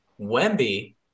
Wemby